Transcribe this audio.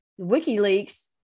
WikiLeaks